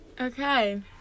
Okay